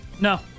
No